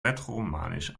rätoromanisch